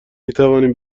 میتوانیم